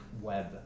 web